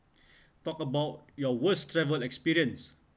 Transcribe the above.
talk about your worst travel experience